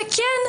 וכן,